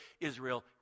Israel